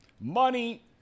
money –